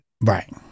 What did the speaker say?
Right